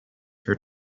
her